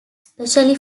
especially